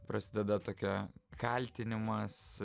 prasideda tokia kaltinimas